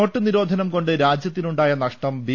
not നിരോധനം കൊണ്ട് രാജ്യത്തിനുണ്ടായ നഷ്ടം ബി